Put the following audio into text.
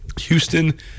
Houston